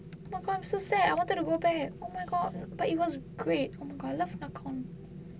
how come so sad I wanted to go back oh my god but it was great oh my god I love nakhon